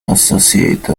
associate